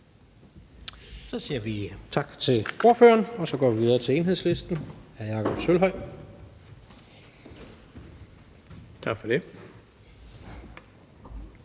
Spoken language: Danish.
Så siger vi tak til ordføreren og går videre til Enhedslisten. Hr. Jakob Sølvhøj. Kl.